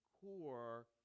core